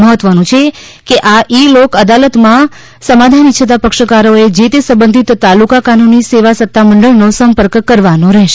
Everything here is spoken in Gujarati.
મહત્વનું છે કે આ ઇ લોક અદાલતમાં સમાધાન ઇચ્છતા પક્ષકારોએ જે તે સંબંધિત તાલુકા કાનૂની સેવા સત્તા મંડળનો સંપર્ક કરવાનો રહેશે